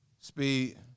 speed